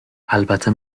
البته